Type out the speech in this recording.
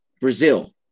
Brazil